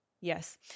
Yes